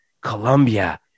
Colombia